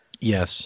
Yes